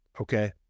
Okay